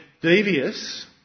devious